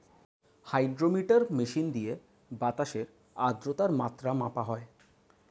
hydrometer machine দিয়ে বাতাসের আদ্রতার মাত্রা মাপা হয়